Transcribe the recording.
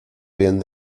bien